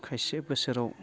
खायसे बोसोराव